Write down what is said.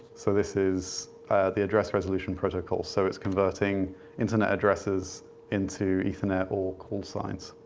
so this is the address resolution protocol. so it's converting internet addresses into ethernet or call signs.